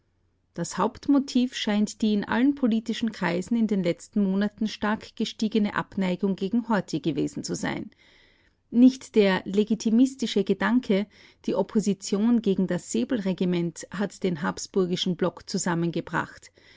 das hauptmotiv scheint die in allen politischen kreisen in den letzten monaten stark gestiegene abneigung gegen horthy gewesen zu sein nicht der legitimistische gedanke die opposition gegen das säbelregiment hat den habsburgischen block zusammengebracht